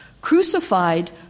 crucified